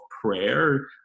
prayer